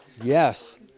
Yes